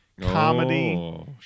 Comedy